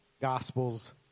gospels